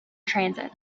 transit